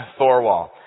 Thorwall